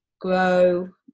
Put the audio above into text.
Grow